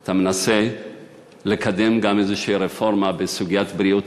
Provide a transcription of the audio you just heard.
אתה מנסה לקדם גם איזו רפורמה בסוגיית בריאות